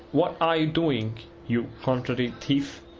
what are you doing, you contrary thief?